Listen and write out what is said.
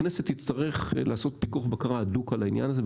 הכנסת תצטרך לעשות פיקוח ובקרה אדוקים על העניין הזה,